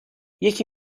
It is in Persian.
یکی